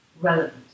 relevance